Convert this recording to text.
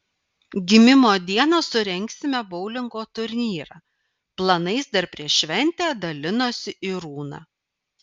gimimo dieną surengsime boulingo turnyrą planais dar prieš šventę dalinosi irūna